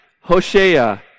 Hoshea